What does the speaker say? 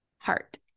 heart